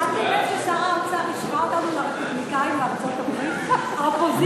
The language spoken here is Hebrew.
הצעת סיעת יהדות התורה להביע אי-אמון בממשלה לא נתקבלה.